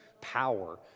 power